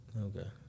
Okay